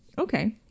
Okay